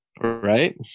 Right